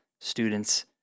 students